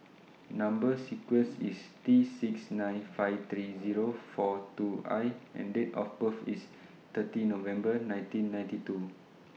Number sequence IS T six nine five three Zero four two I and Date of birth IS thirty November nineteen ninety two